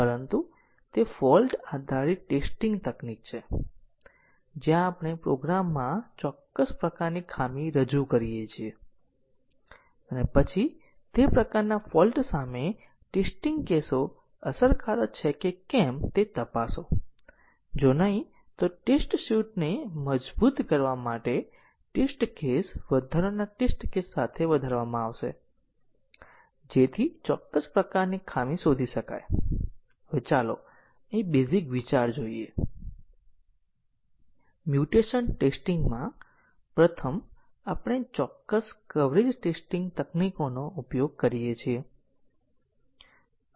અમે સામાન્ય રીતે રેન્ડમ ટેસ્ટ કેસો સાથે પ્રોગ્રામ ચલાવીએ છીએ પરંતુ અમે માપવાનો પ્રયાસ કરીએ છીએ કે અમે શાખા શું છે તે પાથ કવરેજ શું છે અને જ્યાં સુધી અમે ઉચ્ચ પાથ કવરેજ પ્રાપ્ત કર્યું ત્યાં સુધી અમે કહીએ છીએ કે પાથ કવરેજ પાથ ટેસ્ટીંગ કરવામાં આવ્યું છે